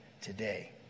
today